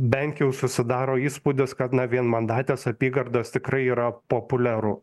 bent jau susidaro įspūdis kad na vienmandatės apygardos tikrai yra populiaru